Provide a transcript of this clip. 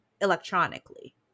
electronically